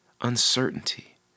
uncertainty